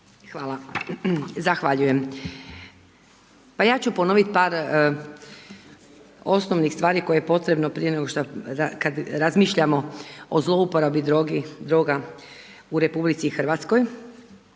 Zahvaljujem, pa ja ću ponovit par osnovnih stvari koje je potrebno prije nego šta razmišljamo o zlouporabi droga u RH, a to